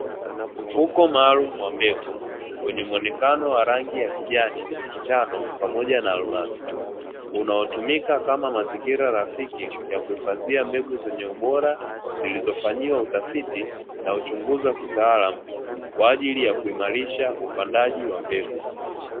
Mfuko maalumu wa mbegu wenye muonekano wa rangi ya kijani, njano pamoja na almasi unaotumika kama mazingira rafiki ya kuhifadhia mbegu zenye ubora zilizofanyiwa utafiki na uchunguzi wa kitaalamu kwa ajili ya kuimarisha upandaji wa mbegu.